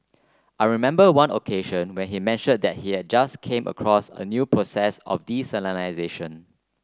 I remember one occasion when he mentioned that he had just came across a new process of desalination